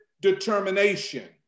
determination